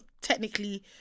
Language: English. technically